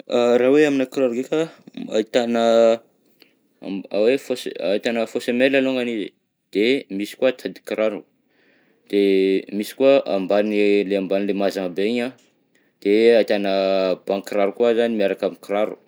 A raha hoe aminà kiraro ndreka, ahitana amba- hoe faux se- ahitana faux semelle alongany izy, de misy koa tadin-kiraro, de misy koa ambany le ambany le mazagna be iny an, de ahitana ba kiraro koa aza ny miaraka amin'ny kiraro.